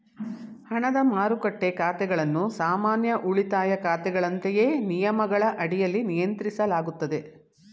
ಹಣದ ಮಾರುಕಟ್ಟೆ ಖಾತೆಗಳನ್ನು ಸಾಮಾನ್ಯ ಉಳಿತಾಯ ಖಾತೆಗಳಂತೆಯೇ ನಿಯಮಗಳ ಅಡಿಯಲ್ಲಿ ನಿಯಂತ್ರಿಸಲಾಗುತ್ತದೆ